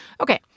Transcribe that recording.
Okay